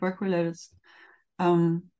work-related